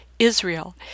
Israel